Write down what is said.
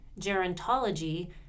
gerontology